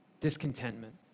discontentment